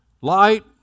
light